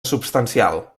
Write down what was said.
substancial